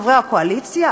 חברי הקואליציה,